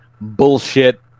bullshit